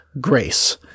grace